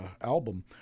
album